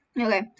Okay